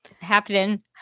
happening